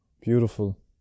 beautiful